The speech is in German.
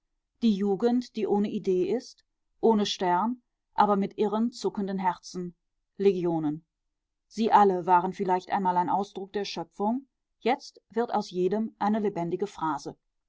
die jugend die ohne idee ist ohne stern aber mit irren zuckenden herzen legionen sie alle waren vielleicht einmal ein ausdruck der schöpfung jetzt wird aus jedem eine lebendige phrase